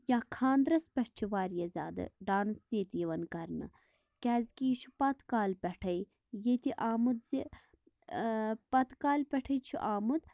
یا خاندرس پیٚٹھ چھِ واریاہ زیادٕ ڈانس ییٚتہِ یِوان کَرنہٕ کیازِ کہِ یہِ چھُ پَتھ کالہِ پیٚٹھے ییٚتہِ آمُت زِ پَتہٕ کالہِ پیٚٹھے چھُ آمُت